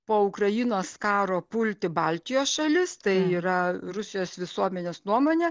po ukrainos karo pulti baltijos šalis tai yra rusijos visuomenės nuomonė